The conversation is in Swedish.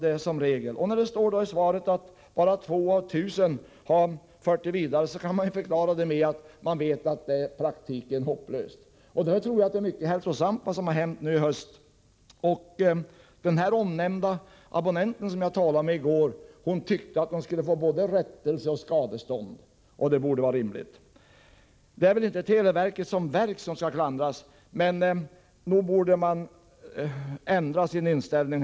I svaret står det att bara två av tusen har fört klagomål vidare. Det kan troligen förklaras med att abonnenterna vet att det i praktiken är hopplöst att få rätt mot televerket. Därför tror jag att det som har hänt nu i höst är mycket hälsosamt. Den tidigare omnämnda abonnenten, som jag talade med i går, tycker att man skall få både rättelse och skadestånd, vilket låter rimligt. Det är väl inte televerket som verk som skall klandras, men nog borde man ändra inställning.